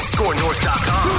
ScoreNorth.com